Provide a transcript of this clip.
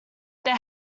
they